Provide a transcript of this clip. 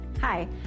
Hi